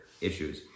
issues